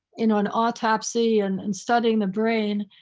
in an autopsy and and studying the brain,